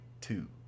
two